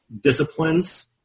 disciplines